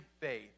faith